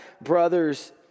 brothers